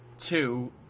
Two